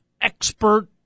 expert